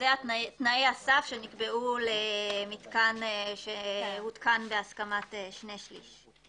אלה תנאי הסף שנקבעו למתקן שהותקן בהסכמת שני שליש.